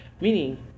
meaning